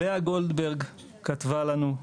לאה גולדברג כתבה לנו,